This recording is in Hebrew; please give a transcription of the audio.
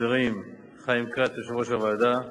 החברים חיים כץ, יושב-ראש הוועדה,